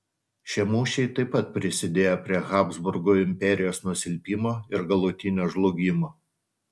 šie mūšiai taip pat prisidėjo prie habsburgų imperijos nusilpimo ir galutinio žlugimo